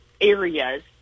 areas